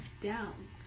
Down